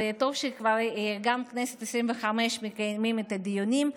וטוב שבכנסת העשרים-וחמש מקיימים את הדיונים,